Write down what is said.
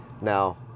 Now